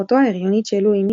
אחותו ההריונית של לואי,